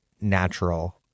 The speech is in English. natural